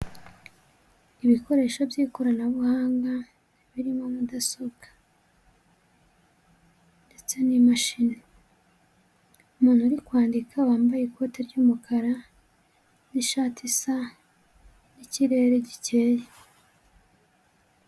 Ibikoresho by'ikoranabuhanga birimo mudasobwa ndetse n'imashini. Umuntu uri kwandika wambaye ikote ry'umukara n'ishati isa n'ikirere gikeye.